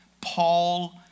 Paul